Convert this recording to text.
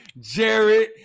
Jared